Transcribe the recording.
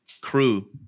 crew